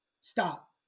Stop